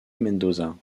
mendoza